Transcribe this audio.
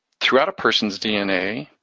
throughout a person's dna.